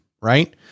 right